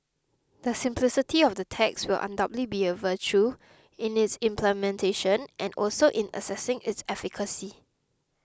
the simplicity of the tax will undoubtedly be a virtue in its implementation and also in assessing its efficacy